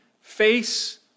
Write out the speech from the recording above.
face